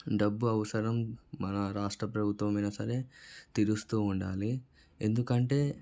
డబ్బు అవసరం మన రాష్ట్ర ప్రభుత్వం అయినా సరే తీరుస్తూ ఉండాలి ఎందుకంటే